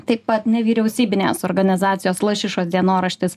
taip pat nevyriausybinės organizacijos lašišos dienoraštis